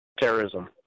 Terrorism